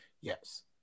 Yes